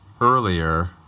earlier